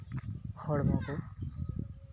ᱦᱚᱲᱢᱚ ᱠᱚ